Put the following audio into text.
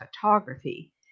photography